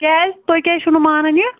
کیٛازِ تُہۍ کیٛازِ چھُو نہٕ مانان یہِ